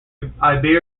iberia